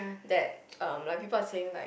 that um like people are saying like